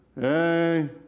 Hey